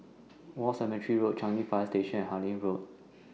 War Cemetery Road Changi Fire Station and Harlyn Road